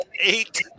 Eight